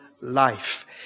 life